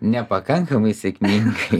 ne pakankamai sėkmingai